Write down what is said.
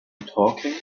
talking